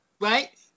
Right